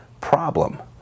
problem